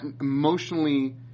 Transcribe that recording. emotionally